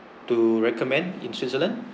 to recommend in switzerland